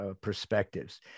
perspectives